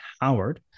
Howard